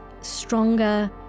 stronger